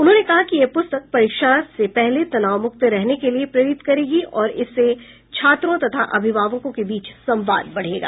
उन्होंने कहा कि यह प्रस्तक परीक्षा से पहले तनाव मुक्त रहने के लिए प्रेरित करेगी और इससे छात्रों तथा अभिभावकों को बीच संवाद बढ़ेगा